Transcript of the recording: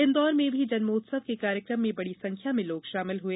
इन्दौर में भी जन्मोत्सव के कार्यक्रम में बड़ी संख्या में लोग शामिल हुए